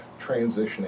transitioning